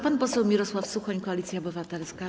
Pan poseł Mirosław Suchoń, Koalicja Obywatelska.